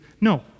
no